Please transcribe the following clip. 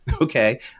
okay